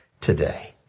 today